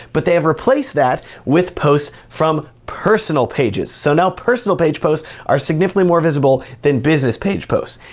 but they have replaced that with posts from personal pages. so now personal page posts are significantly more visibile than business page posts,